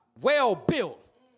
well-built